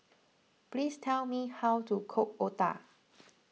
please tell me how to cook Otah